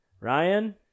Ryan